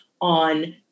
on